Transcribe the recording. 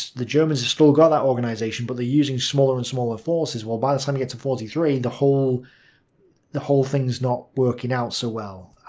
the germans have still got that organisation, but they're using smaller and smaller forces. well by the time we get to forty three the whole the whole thing's not working out so well.